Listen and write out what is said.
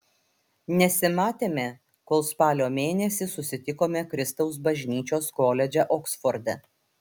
nesimatėme kol spalio mėnesį susitikome kristaus bažnyčios koledže oksforde